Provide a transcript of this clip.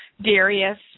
Darius